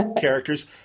characters